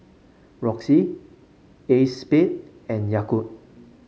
Roxy Acexspade and Yakult